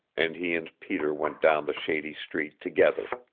and he and peter went down the shady street together.